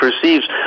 perceives